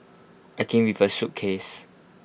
I came with A suitcase